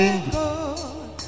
good